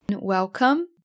Welcome